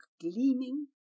gleaming